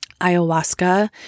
Ayahuasca